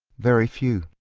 very few.